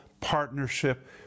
partnership